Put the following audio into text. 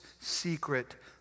secret